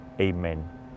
Amen